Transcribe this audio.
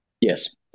Yes